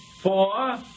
Four